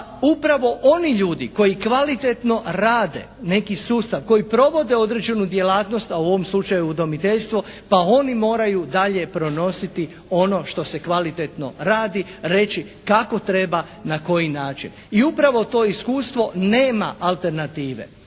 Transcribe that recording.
upravo oni ljudi koji kvalitetno rade neki sustav, koji provode određenu djelatnost, a u ovom slučaju udomiteljstvo, pa oni moraju dalje prenositi ono što se kvalitetno radi. Reći kako treba, na koji način i upravo to iskustvo nema alternative.